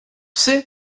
psy